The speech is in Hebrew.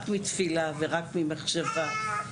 רק מתפילה ורק ממחשבה,